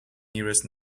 nearest